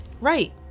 Right